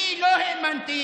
אני לא האמנתי